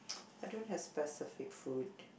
I don't have specific food